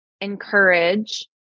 encourage